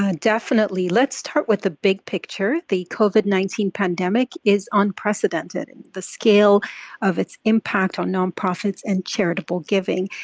ah definitely. let's start with the big picture. the covid nineteen pandemic is unprecedented, and the scale of its impact on nonprofits and charitable giving.